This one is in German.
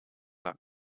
lag